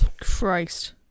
Christ